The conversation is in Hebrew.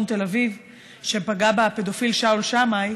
תל אביב שפגע בה הפדופיל שאול שמאי,